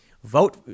Vote